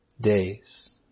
days